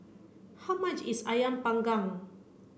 how much is Ayam panggang